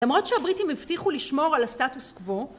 למרות שהבריטים הבטיחו לשמור על הסטטוס קוו